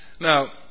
Now